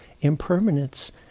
impermanence